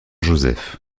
joseph